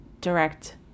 direct